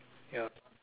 ya